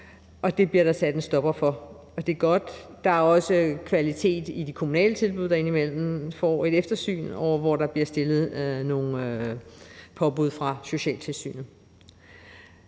det bliver der sat en stopper for, og det er godt. Der er også kvalitetskontrol i de kommunale tilbud; de får indimellem et eftersyn, og der bliver udstedt nogle påbud af socialtilsynet.